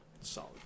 solid